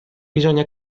bisogna